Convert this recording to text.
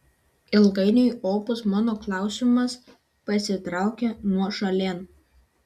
ilgainiui opus mano klausimas pasitraukė nuošalėn